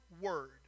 word